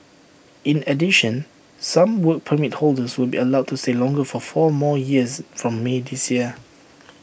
in addition some Work Permit holders will be allowed to stay longer for four more years from may this year